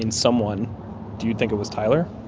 and someone do you think it was tyler?